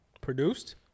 Produced